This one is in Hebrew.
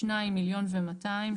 שניים - 1,200,000.